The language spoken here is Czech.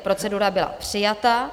Procedura byla přijata.